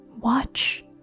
Watch